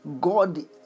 God